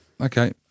okay